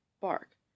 bark